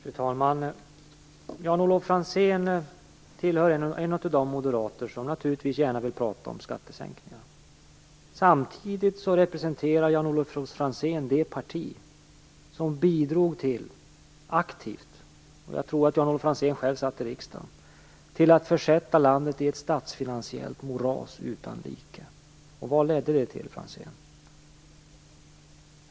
Fru talman! Jan-Olof Franzén tillhör de moderater som gärna vill prata om skattesänkningarna. Samtidigt representerar Jan-Olof Franzén det parti som aktivt bidrog till - jag tror att Jan-Olof Franzén själv satt i riksdagen - att försätta landet i ett statsfinansiellt moras utan like. Vad ledde det till, Franzén?